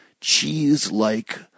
cheese-like